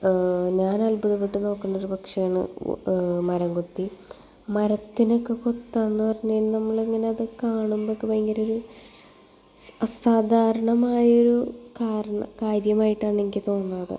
ഞാൻ അത്ഭുതപ്പെട്ട് നോക്കുന്ന ഒരു പക്ഷിയാണ് മരം കൊത്തി മരത്തിനൊക്കെ കൊത്താന്ന് പറഞ്ഞു കഴിഞ്ഞാൽ നമ്മളത് ഇങ്ങനത് കാണുമ്പോളത് അത് ഭയങ്കരരൊരു അസാധാരണമായൊരു കാര്യം കാര്യമായിട്ടാണ് എനിക്ക് തോന്നാറ്